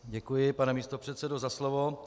Děkuji, pane místopředsedo, za slovo.